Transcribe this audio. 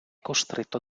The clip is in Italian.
costretto